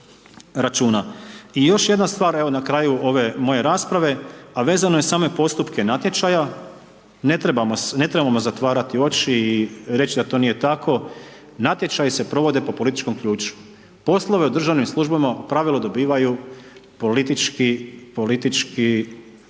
I još jedna stvar, evo na kraju ove moje rasprave, a vezano je uz same postupke natječaja, ne trebamo, ne trebamo zatvarati oči i reći da to nije tako, natječaji se provode po političkom ključu. Poslove u državnim službama u pravilu dobivaju politički, politički